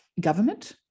government